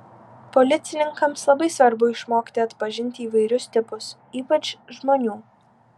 policininkams labai svarbu išmokti atpažinti įvairius tipus ypač žmonių